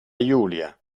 julia